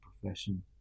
profession